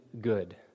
good